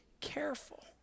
careful